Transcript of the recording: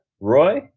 Roy